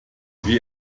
wie